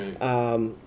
right